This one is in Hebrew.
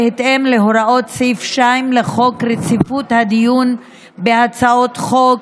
בהתאם להוראות סעיף 2 לחוק רציפות הדיון בהצעות חוק,